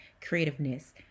creativeness